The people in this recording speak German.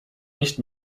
nicht